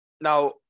Now